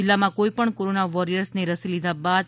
જિલ્લામાં કોઈ પણ કોરોના વોરિયર્સ ને રસી લીધા બાદ તા